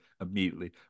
immediately